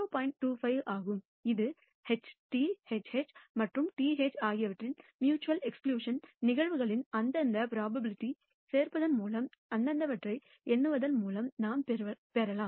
25 ஆகும் இது HT HH மற்றும் TH ஆகியவற்றின் மியூச்சுவல் எக்ஸ்க்ளுஷன் நிகழ்வுகளின் அந்தந்த ப்ரோபபிலிட்டிகளைச் சேர்ப்பதன் மூலம் அந்தந்தவற்றை எண்ணுவதன் மூலம் நாம் பெறலாம்